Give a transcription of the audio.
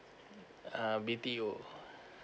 uh B_T_O